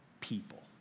people